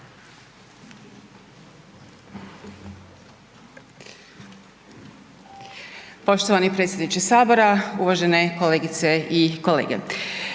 poštovani potpredsjedniče Sabora. Uvažene kolegice i kolege.